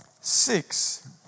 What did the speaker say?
Six